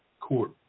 court